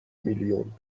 میلیون